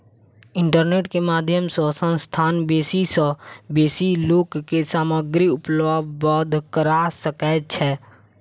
internet के माध्यम सॅ संस्थान बेसी सॅ बेसी लोक के सामग्री उपलब्ध करा सकै छै